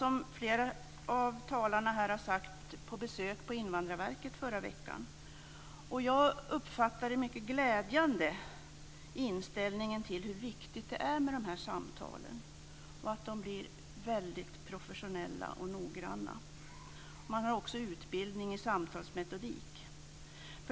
Som flera av talarna har sagt var vi på besök hos Invandrarverket i förra veckan. Det var mycket glädjande att höra inställningen när det gäller hur viktigt det är med dessa samtal och att de blir väldigt professionella och noggranna. Man har också utbildning i samtalsmetodik.